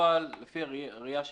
בפועל, לפי הראייה שלנו,